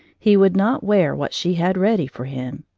he would not wear what she had ready for him.